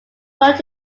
voted